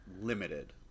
Limited